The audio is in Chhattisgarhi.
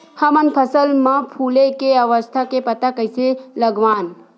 हमन फसल मा फुले के अवस्था के पता कइसे लगावन?